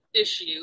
issue